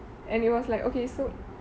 and it was like okay so